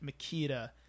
makita